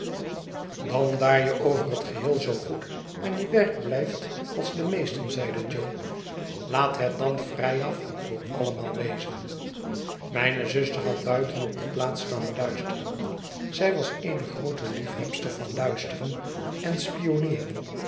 dan daar je over het geheel zoo goed aan je werk blijft als de meesten zeide jo laat het dan vrijaf voor allemaal wezen mijne zuster had buiten op de plaats staan luisteren zij was eene groote liefhebster van luisteren en